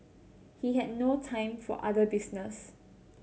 he had no time for other business